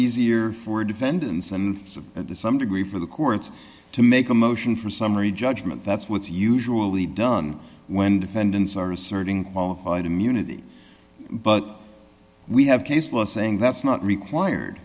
easier for defendants and to some degree for the courts to make a motion for summary judgment that's what's usually done when defendants are asserting qualified immunity but we have case law saying that's not required